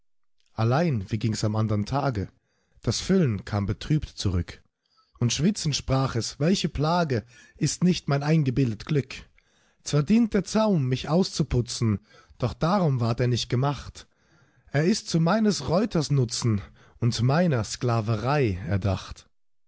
allein wie gings am andern tage das füllen kam betrübt zurück und schwitzend sprach es welche plage ist nicht mein eingebildet glück zwar dient der zaum mich auszuputzen doch darum ward er nicht gemacht er ist zu meines reuters nutzen und meiner sklaverei erdacht